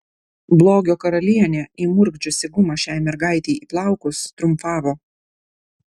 blogio karalienė įmurkdžiusi gumą šiai mergaitei į plaukus triumfavo